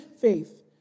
faith